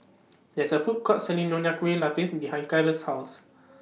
There IS A Food Court Selling Nonya Kueh Lapis behind Karol's House